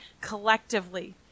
collectively